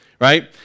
Right